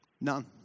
None